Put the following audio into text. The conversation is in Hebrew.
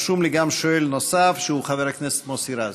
רשום לי שואל נוסף, שהוא חבר הכנסת מוסי רז.